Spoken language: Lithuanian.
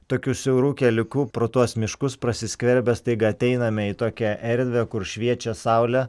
tokiu siauru keliuku pro tuos miškus prasiskverbę staiga ateiname į tokią erdvę kur šviečia saulė